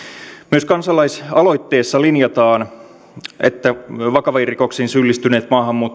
myös kansalaisaloitteessa linjataan että vakaviin rikoksiin syyllistyneet maahanmuuttajat tulisi